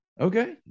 Okay